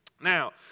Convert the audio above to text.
Now